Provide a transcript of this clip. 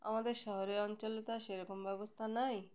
আমাদের শহরের অঞ্চলে তো সেরকম ব্যবস্থা নাই